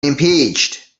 impeached